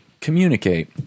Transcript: communicate